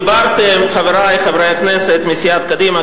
חברי חברי הכנסת מסיעת קדימה,